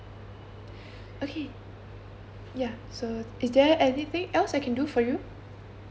okay ya so is there anything else I can do for you